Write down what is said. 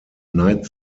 night